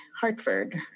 Hartford